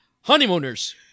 honeymooners